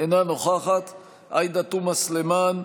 אינה נוכחת עאידה תומא סלימאן,